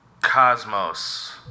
Cosmos